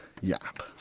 Yap